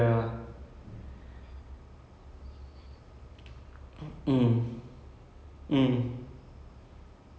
and then there's so it takes them seventy hours or like seven seasons for them to finally meet up at one place